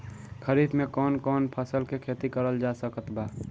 खरीफ मे कौन कौन फसल के खेती करल जा सकत बा?